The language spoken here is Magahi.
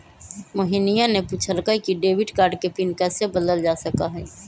मोहिनीया ने पूछल कई कि डेबिट कार्ड के पिन कैसे बदल्ल जा सका हई?